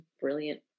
brilliant